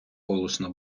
голосно